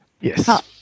Yes